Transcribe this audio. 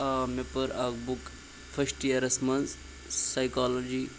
آ مےٚ پٔر اَکھ بُک فٔسٹ ییرَس منٛز سایکالٔجی